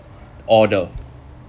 order